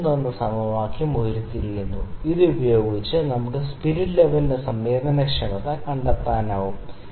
ഇത് 3 എന്ന സമവാക്യം ഉരുത്തിരിയുന്നു ഇതുപയോഗിച്ച് നമുക്ക് നമ്മുടെ സ്പിരിറ്റ് ലെവെലിന്റെ സംവേദനക്ഷമത കണ്ടെത്താനാകും